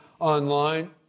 online